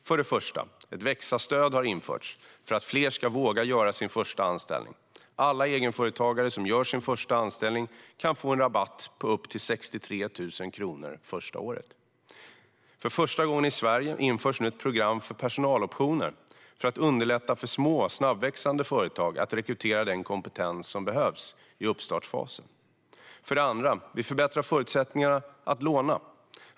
För det första har ett växa-stöd införts för att fler ska våga göra sin första anställning. Alla egenföretagare som gör sin första anställning kan få en rabatt på upp till 63 000 kronor första året. För första gången i Sverige införs nu ett program för personaloptioner för att underlätta för små snabbväxande företag att rekrytera den kompetens som behövs i uppstartsfasen. För det andra förbättrar vi förutsättningarna för att låna.